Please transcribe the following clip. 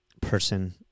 person